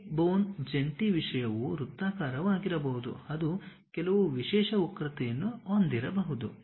hip bone ಜಂಟಿ ವಿಷಯವು ವೃತ್ತಾಕಾರವಾಗಿರಬಹುದು ಅದು ಕೆಲವು ವಿಶೇಷ ವಕ್ರತೆಯನ್ನು ಹೊಂದಿರಬಹುದು